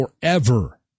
forever